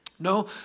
No